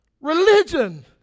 Religion